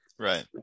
right